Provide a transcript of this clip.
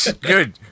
Good